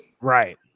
right